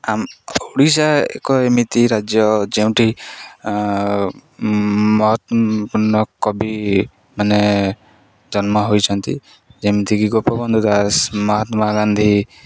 ଆମ ଓଡ଼ିଶା ଏକ ଏମିତି ରାଜ୍ୟ ଯେଉଁଠି ମହତ୍ୱପୂର୍ଣ୍ଣ କବି ମାନେ ଜନ୍ମ ହୋଇଛନ୍ତି ଯେମିତିକି ଗୋପବନ୍ଧୁ ଦାସ ମହାତ୍ମାଗାନ୍ଧୀ